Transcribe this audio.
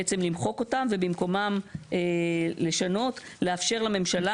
בעצם למחוק אותן ובמקומן לשנות ל"לאפשר לממשלה